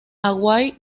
away